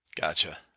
Gotcha